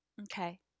Okay